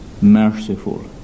merciful